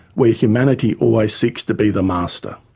where humanity always seeks to be the master.